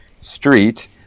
street